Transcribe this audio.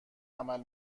عمل